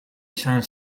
izan